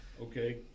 okay